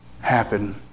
Happen